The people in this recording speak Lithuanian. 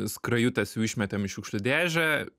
skrajutes jau išmetėm į šiukšlių dėžę